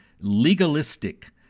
legalistic